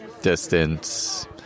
distance